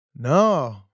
No